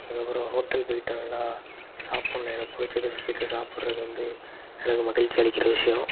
அதுக்கப்புறம் ஹோட்டல் போயிட்டு நல்லா சாப்பிட்ணும் எனக்கு பிடிச்ச ஒரு விஷயத்த சாப்பிட்றது வந்து எனக்கு மகிழ்ச்சி அளிக்கிற விஷயம்